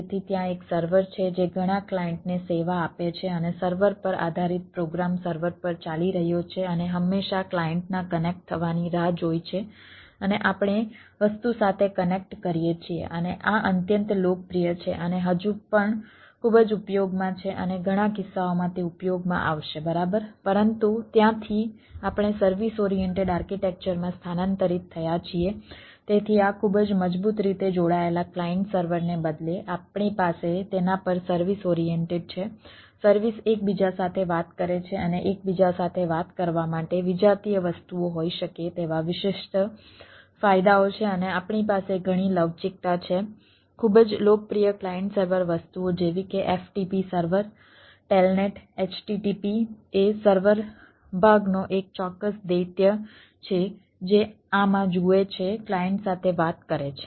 તેથી ત્યાં એક સર્વર છે જે ઘણા ક્લાયન્ટને સેવા આપે છે અને સર્વર પર આધારિત પ્રોગ્રામ HTTP એ સર્વર ભાગનો એક ચોક્કસ દૈત્ય છે જે આમાં જુએ છે ક્લાયન્ટ સાથે વાત કરે છે